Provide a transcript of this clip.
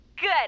Good